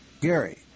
Gary